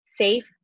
safe